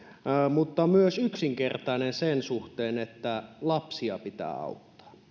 mutta myös yksinkertainen sen suhteen että lapsia pitää auttaa